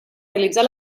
realitzar